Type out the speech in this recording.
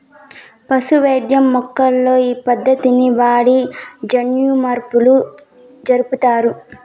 పశు వైద్యం మొక్కల్లో ఈ పద్దతిని వాడి జన్యుమార్పులు జరుపుతారు